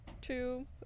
two